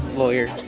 lawyer,